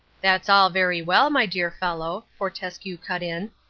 that's all very well, my dear fellow, fortescue cut in,